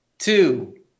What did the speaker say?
Two